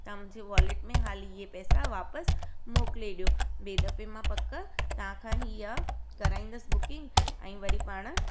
तव्हां मुंहिंजे वॉलेट में हाली इहा पैसा वापसि मोकिले ॾियो ॿिए दफ़े मां पकु तव्हांखां ई इहा कराईंदसि बुकिंग ऐं वरी पाण